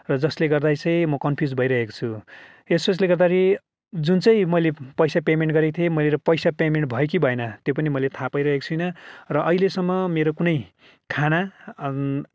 र जसले गर्दा चाहिँ म कन्फ्युज भइरहेको छु यसोस्ले गर्दाखेरि जुन चाहिँ मैले पैसा पेमेन्ट गरेको थिएँ मैले त पैसा पेमेन्ट भयो कि भएन त्यो पनि मैले थाहा पाइरहेको छुइनँ र अहिलेसम्म मेरो कुनै खाना